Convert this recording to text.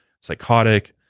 psychotic